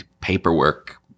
paperwork